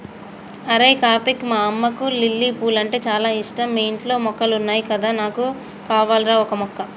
అరేయ్ కార్తీక్ మా అమ్మకు లిల్లీ పూలంటే చాల ఇష్టం మీ ఇంట్లో మొక్కలున్నాయి కదా నాకు కావాల్రా ఓక మొక్క